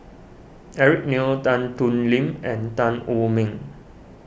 Eric Neo Tan Thoon Lip and Tan Wu Meng